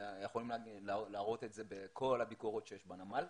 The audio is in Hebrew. ויכולים להראות את זה בכל הביקורות שיש בנמל,